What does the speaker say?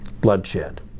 bloodshed